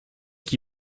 qui